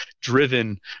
driven